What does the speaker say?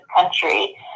country